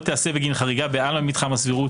תיעשה בגין חריגה בעלמא ממתחם הסבירות.